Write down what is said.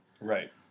Right